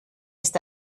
ist